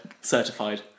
certified